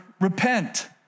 repent